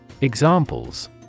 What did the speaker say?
Examples